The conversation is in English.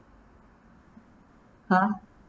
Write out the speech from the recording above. !huh!